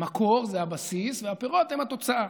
המקור, זה הבסיס, והפירות הם התוצאה.